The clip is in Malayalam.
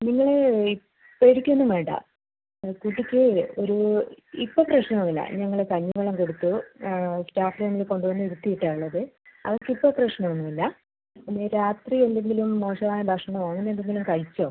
നിങ്ങൾ പേടിക്കുക ഒന്നും വേണ്ട കുട്ടിക്ക് ഒരു ഇപ്പോൾ പ്രശ്നം ഒന്നും ഇല്ല ഞങ്ങൾ കഞ്ഞിവെള്ളം കൊടുത്തു സ്റ്റാഫ് റൂമിൽ കൊണ്ട് വന്ന് ഇരുത്തീട്ടാ ഉള്ളത് അവൾക്ക് ഇപ്പോൾ പ്രശ്നം ഒന്നും ഇല്ല പിന്നെ രാത്രി എന്തെങ്കിലും മോശമായ ഭക്ഷണമോ അങ്ങനെ എന്തെങ്കിലും കഴിച്ചോ